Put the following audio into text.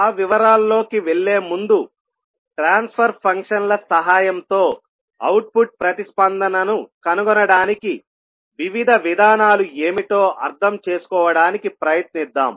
ఆ వివరాల్లోకి వెళ్ళే ముందుట్రాన్స్ఫర్ ఫంక్షన్ల సహాయంతో అవుట్పుట్ ప్రతిస్పందనను కనుగొనడానికి వివిధ విధానాలు ఏమిటో అర్థం చేసుకోవడానికి ప్రయత్నిద్దాం